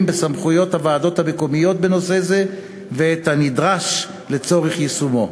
בסמכויות הוועדות המקומיות בנושא זה ומה נדרש לצורך יישומם.